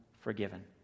forgiven